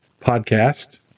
podcast